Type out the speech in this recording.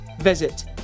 Visit